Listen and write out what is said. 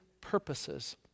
purposes